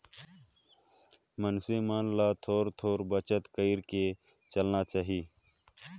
मइनसे मन ल थोर थार बचत कइर के चलना चाही